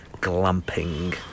Glamping